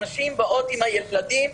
הנשים באות עם הילדים,